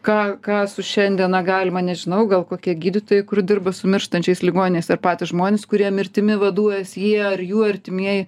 ką ką su šiandiena galima nežinau gal kokie gydytojai kur dirba su mirštančiais ligoniais ar patys žmonės kurie mirtimi vaduojasi jie ar jų artimieji